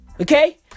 Okay